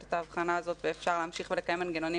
את ההבחנה הזאת ואפשר להמשיך ולקיים מנגנונים